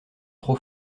trop